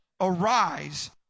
arise